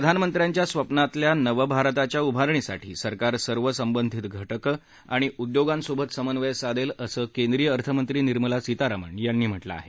प्रधानमंत्र्यांच्या स्वप्नातल्या नवभारताच्या उभारणीसाठी सरकार सर्व संबंधित घटक अणि उद्योगासोबत समन्वय साधेल असं केंद्रीय अर्थमंत्री निर्मला सीतारामन यांनी म्हटलं आहे